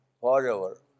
forever